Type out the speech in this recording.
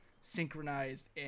synchronized